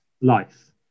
life